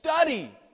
study